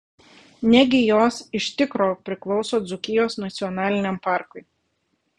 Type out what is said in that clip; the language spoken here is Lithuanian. negi jos iš tikro priklauso dzūkijos nacionaliniam parkui